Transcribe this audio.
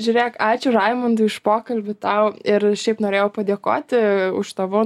žiūrėk ačiū raimundui už pokalbį tau ir šiaip norėjau padėkoti už tavo